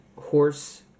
horse